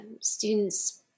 students